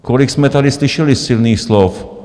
Kolik jsme tady slyšeli silných slov?